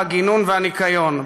הגינון והניקיון,